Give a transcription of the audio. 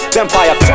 empire